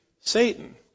Satan